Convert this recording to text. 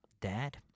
Dad